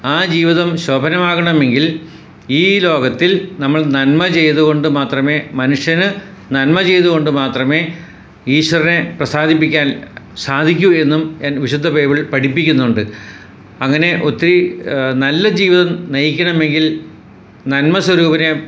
ആ ജീവിതം ശോഭനമാകണമെങ്കിൽ ഈ ലോകത്തിൽ നമ്മൾ നന്മ ചെയ്ത് കൊണ്ട് മാത്രമെ മനുഷ്യന് നന്മ ചെയ്ത് കൊണ്ട് മാത്രമെ ഈശ്വരനെ പ്രസാദിപ്പിക്കാൻ സാധിക്കു എന്നും വിശുദ്ധ ബൈബിൾ പഠിപ്പിക്കുന്നുണ്ട് അങ്ങനെ ഒത്തിരി നല്ല ജീവിതം നയിക്കണമെങ്കിൽ നന്മ സ്വരൂപനെ